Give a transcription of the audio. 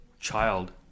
child